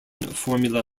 formula